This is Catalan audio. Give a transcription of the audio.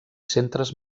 centres